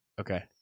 Okay